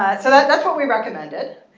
so that's what we recommended.